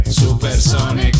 supersonic